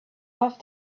off